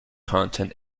content